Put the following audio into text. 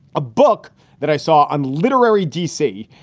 a book that i saw on literary d c.